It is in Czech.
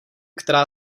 která